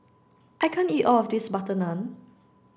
I can't eat all of this butter naan